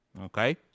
Okay